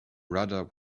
rudder